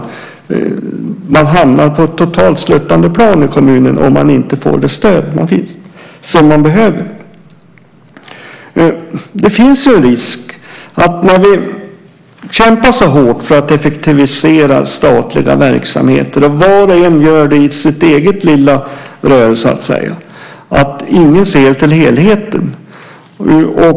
Man hamnar på ett sluttande plan i kommunen om man inte får det stöd som man behöver. När vi kämpar så hårt för att effektivisera statliga verksamheter, och var och en gör det inom sitt eget lilla område, finns det en risk att ingen ser till helheten.